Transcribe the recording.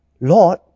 Lord